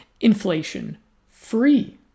inflation-free